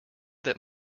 that